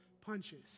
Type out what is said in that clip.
punches